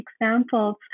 examples